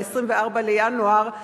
ב-24 בינואר,